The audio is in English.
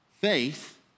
Faith